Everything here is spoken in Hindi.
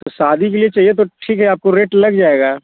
तो शादी के लिए चाहिए तो ठीक है आपको रेट लग जाएगा